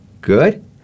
Good